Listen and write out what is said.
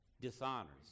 dishonors